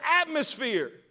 atmosphere